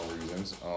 reasons